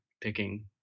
picking